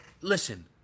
listen